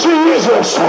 Jesus